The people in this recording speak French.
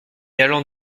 allant